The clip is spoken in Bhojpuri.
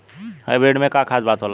हाइब्रिड में का खास बात होला?